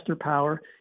power